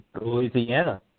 Louisiana